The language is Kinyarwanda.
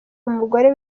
umugore